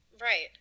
right